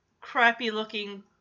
crappy-looking